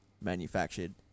manufactured